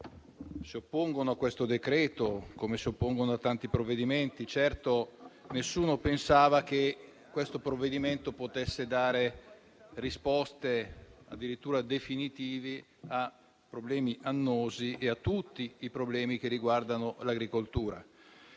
si oppongono al decreto-legge in esame, come si oppongono a tanti provvedimenti. Certo, nessuno pensava che questo testo potesse dare risposte addirittura definitive a problemi annosi e a tutti i problemi che riguardano l'agricoltura.